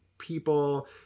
people